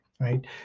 right